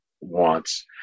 wants